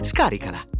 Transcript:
Scaricala